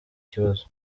kibazo